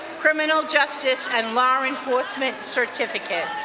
criminal justice and law enforcement certificate.